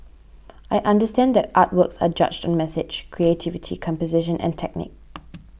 I understand that artworks are judged on message creativity composition and technique